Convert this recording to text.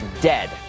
dead